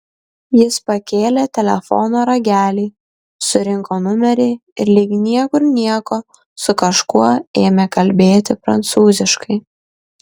jis pakėlė telefono ragelį surinko numerį ir lyg niekur nieko su kažkuo ėmė kalbėti prancūziškai